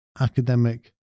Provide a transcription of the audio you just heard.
academic